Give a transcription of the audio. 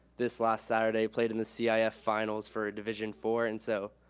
this last saturday, played in the cif ah finals for a division four, and so,